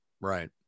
Right